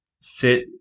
sit